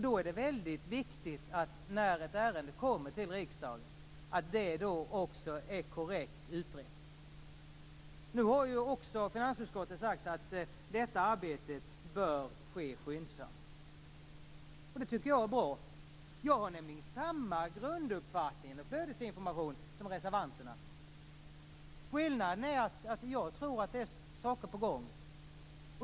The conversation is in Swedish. Då är det väldigt viktigt att ett ärende som kommer till riksdagen också är korrekt utrett. Nu har också finansutskottet sagt att detta arbete bör ske skyndsamt. Det tycker jag är bra. Jag har nämligen samma grunduppfattning när det gäller flödesinformation som reservanterna. Skillnaden är att jag tror att det är saker på gång.